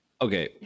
Okay